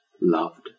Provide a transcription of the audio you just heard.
loved